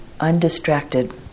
undistracted